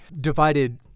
divided